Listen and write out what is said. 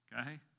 okay